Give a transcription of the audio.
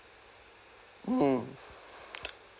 hmm